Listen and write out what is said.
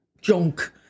junk